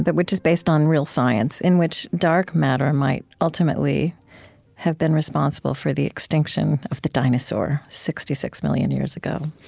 but which is based on real science, in which dark matter might ultimately have been responsible for the extinction of the dinosaur, sixty six million years ago.